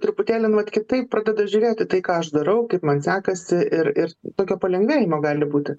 truputėlį kitaip pradeda žiūrėt į tai ką aš darau kaip man sekasi ir ir tokio palengvėjimo gali būti